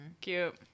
Cute